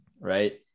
right